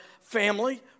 family